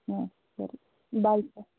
ಹ್ಞೂ ಸರಿ bye sir